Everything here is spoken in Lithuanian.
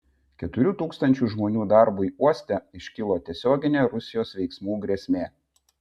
keturių tūkstančių žmonių darbui uoste iškilo tiesioginė rusijos veiksmų grėsmė